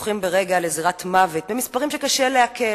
הופך לזירת מוות, במספרים שקשה לעכל.